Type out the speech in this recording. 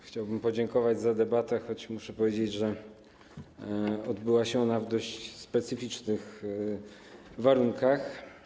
Chciałbym podziękować za debatę, choć muszę powiedzieć, że odbyła się ona w dość specyficznych warunkach.